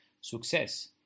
success